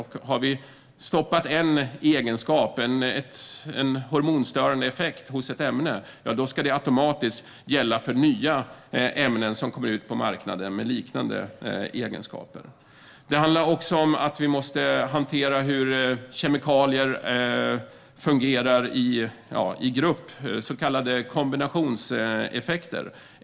Om vi har stoppat en egenskap eller hormonstörande effekt hos ett ämne ska detta automatiskt gälla för nya ämnen som kommer ut på marknaden och som har liknande egenskaper. Det handlar också om att vi måste hantera hur kemikalier fungerar i grupp, så kallade kombinationseffekter.